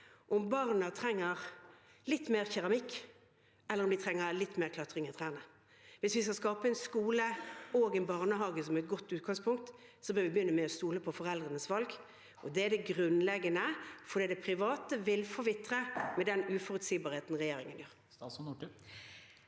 om barna trenger litt mer keramikk, eller om de trenger litt mer klatring i trærne. Hvis vi skal skape en skole og en barnehage som er et godt utgangspunkt, bør vi begynne med å stole på foreldrenes valg. Det er det grunnleggende, for de private vil forvitre med den uforutsigbarheten regjeringen gir. Statsråd Kari